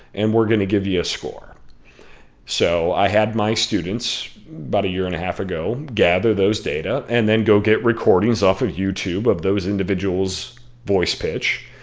and we're going to give you a score so i had my students, about a year and a half ago, gather those data, and then go get recordings off of youtube of those individuals' voice pitch,